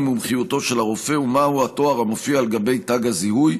מומחיותו של הרופא ומהו התואר המופיע על גבי תג הזיהוי.